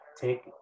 take